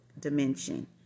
dimension